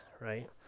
right